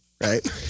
right